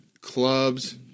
clubs